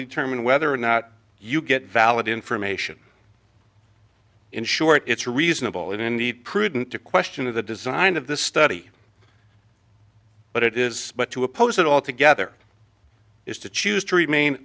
determine whether or not you get valid information in short it's reasonable and indeed prudent to question of the design of the study but it is but to oppose it altogether is to choose to remain